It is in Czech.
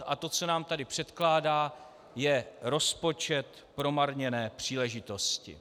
A to, co nám tady předkládá, je rozpočet promarněné příležitosti.